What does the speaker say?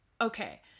okay